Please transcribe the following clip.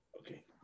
okay